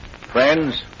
Friends